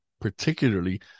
particularly